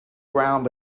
ground